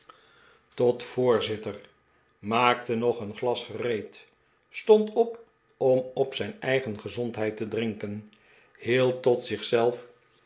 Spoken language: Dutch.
zitter maakte nog een glas gereed stond op om op zijn eigen gezondheid te drinken hield tot